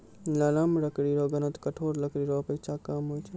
नरम लकड़ी रो घनत्व कठोर लकड़ी रो अपेक्षा कम होय छै